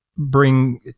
Bring